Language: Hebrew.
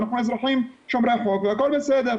אנחנו אזרחים שומרי חוק והכל בסדר'.